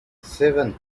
seven